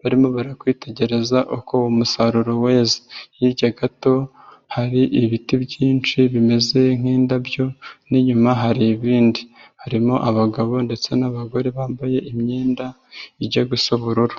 barimo bari kwitegereza uko umusaruro weze, hirya gato hari ibiti byinshi bimeze n'indabyo n'inyuma hari ibindi, harimo abagabo ndetse n'abagore bambaye imyenda ijya gusa ubururu.